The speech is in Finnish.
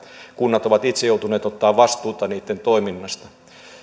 kunnat ovat itse joutuneet ottamaan vastuuta niitten toiminnasta